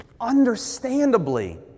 understandably